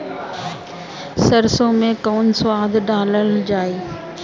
सरसो मैं कवन खाद डालल जाई?